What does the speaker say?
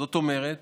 זאת אומרת,